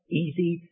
easy